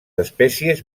espècies